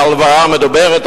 ההלוואה המדוברת,